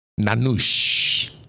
Nanush